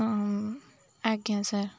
ହଁ ଆଜ୍ଞା ସାର୍